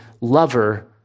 lover